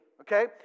okay